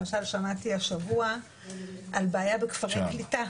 למשל שמעתי השבוע על בעיה בכפרי קליטה.